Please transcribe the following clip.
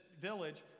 village